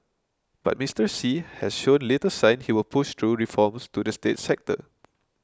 but Mister Xi has shown little sign he will push through reforms to the state sector